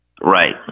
Right